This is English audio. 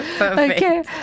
Okay